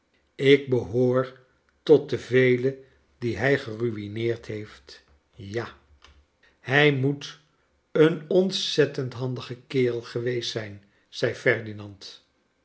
ik behoor tot de velen die hij geruineerd heeft ja hij moet een ontzettend handige kerel geweest zijn zei ferdinand